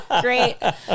great